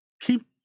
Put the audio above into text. keep